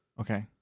Okay